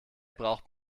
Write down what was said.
braucht